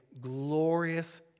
glorious